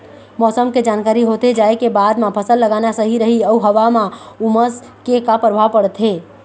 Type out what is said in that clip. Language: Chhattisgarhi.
मौसम के जानकारी होथे जाए के बाद मा फसल लगाना सही रही अऊ हवा मा उमस के का परभाव पड़थे?